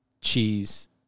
cheese